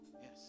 Yes